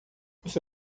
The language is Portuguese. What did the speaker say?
você